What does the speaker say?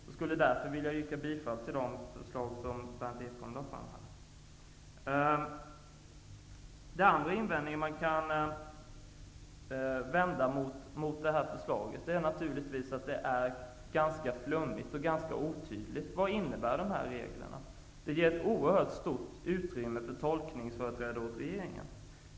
Jag vill därför yrka bifall till de förslag som Berndt Ekholm lade fram. En annan invändning mot förslaget är att det är ganska flummigt och otydligt. Vad innebär dessa regler? De ger oerhört stort utrymme för tolkningsföreträde åt regeringen.